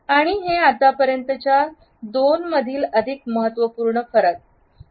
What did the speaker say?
आणि हे आतापर्यंतच्या दोन मधील अधिक महत्त्वपूर्ण फरक आहे